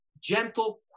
gentle